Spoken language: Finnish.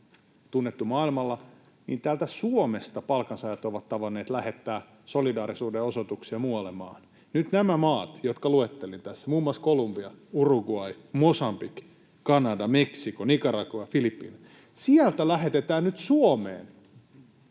tunnettu maailmalla, palkansaajat ovat tavanneet lähettää solidaarisuuden osoituksia muihin maihin. Nyt näistä maista, jotka luettelin — muun muassa Kolumbia, Uruguay, Mosambik, Kanada, Meksiko, Nicaragua, Filippiinit — lähetetään Suomeen